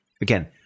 again